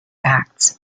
acts